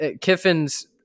Kiffin's